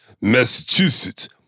Massachusetts